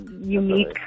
unique